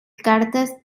cartes